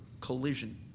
collision